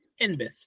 Enbeth